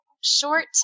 short